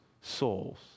souls